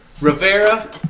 Rivera